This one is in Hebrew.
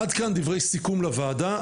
עד כאן דברי סיכום לוועדה,